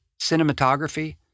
cinematography